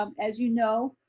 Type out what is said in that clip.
um as you know,